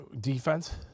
Defense